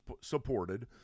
supported